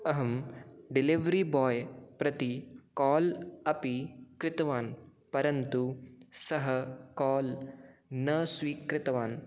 अहं delivery boy प्रति call अपि कृतवान् परन्तु सः कोल् न स्वीकृतवान्